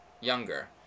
younger